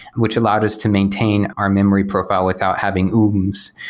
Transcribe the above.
which allowed us to maintain our memory profile without having ooms.